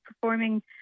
performing